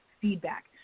feedback